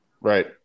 right